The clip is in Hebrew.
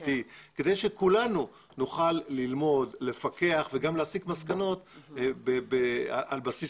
כדי שכולנו נוכל לפקח וגם להסיק מסקנות על בסיס